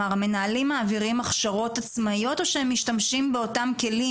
מנהלים מעבירים הכשרות עצמאיות או שהם משתמשים באותם כלים,